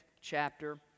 chapter